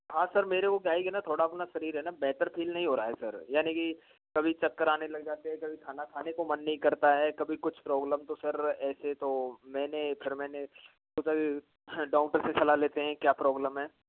हाँ सर मेरे को क्या के है ना थोड़ा अपना शरीर है ना बेहतर फील नहीं हो रहा है सर यानी की कभी चक्कर आने लग जाते हैं कभी खाना खाने को मन नहीं करता है कभी कुछ प्रॉब्लम तो सर ऐसे तो मैंने फिर मैंने तो डॉक्टर से सलाह लेते हैं क्या प्रॉब्लम है